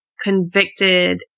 convicted